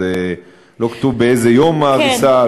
לא כתוב באיזה יום ההריסה,